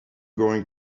going